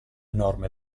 norme